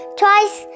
twice